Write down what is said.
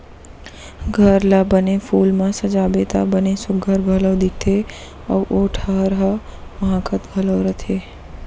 घर ला बने फूल म सजाबे त बने सुग्घर घलौ दिखथे अउ ओ ठहर ह माहकत घलौ रथे